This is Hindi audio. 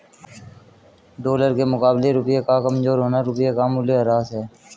डॉलर के मुकाबले रुपए का कमज़ोर होना रुपए का मूल्यह्रास है